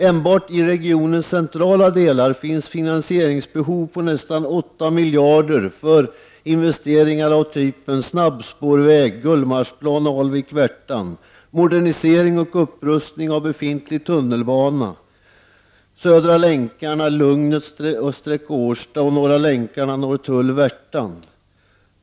Enbart i regionens centrala delar finns finansieringsbehov på nästan 8 miljarder kronor för investeringar av typen snabbspårväg Gullmarsplan— Alvik — Värtan och modernisering och upprustning av befintlig tunnelbana, södra länkarna Lugnet—Årsta och norra länkarna Norrtull— Värtan.